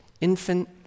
Infant